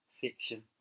fiction